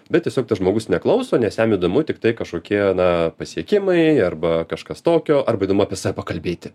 bet tiesiog tas žmogus neklauso nes jam įdomu tiktai kažkokie na pasiekimai arba kažkas tokio arba įdomu apie save pakalbėti